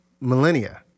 millennia